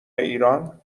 ایران